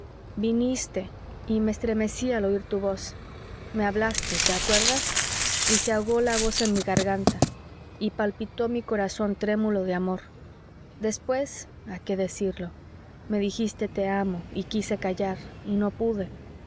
viniste y me estremecí al oir tu voz me hablaste te acuerdas y se ahogó la voz en mi garganta y palpitó mi corazón trémulo de amor después a qué decirlo me dijiste te amo y quise callar y no pude